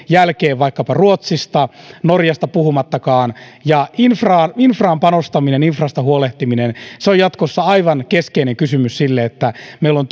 jälkeen vaikkapa ruotsista norjasta puhumattakaan infraan infraan panostaminen infrasta huolehtiminen on jatkossa aivan keskeinen kysymys sille että meillä on